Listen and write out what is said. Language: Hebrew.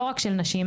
לא רק של נשים.